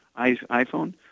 iPhone –